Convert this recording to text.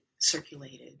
circulated